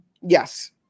Yes